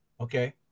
okay